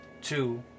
two